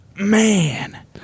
Man